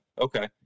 Okay